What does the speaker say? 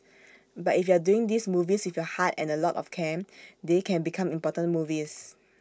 but if you're doing these movies with your heart and A lot of care they can become important movies